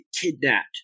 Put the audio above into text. kidnapped